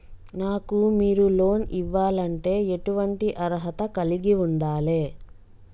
నాకు మీరు లోన్ ఇవ్వాలంటే ఎటువంటి అర్హత కలిగి వుండాలే?